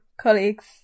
colleagues